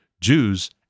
Jews